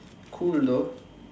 cool though